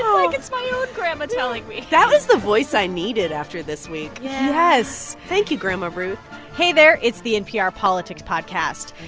like it's my own grandma telling me that was the voice i needed after this week yes thank you, grandma ruth hey there. it's the npr politics podcast.